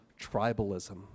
tribalism